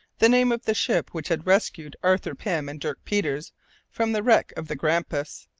the name of the ship which had rescued arthur pym and dirk peters from the wreck of the grampus,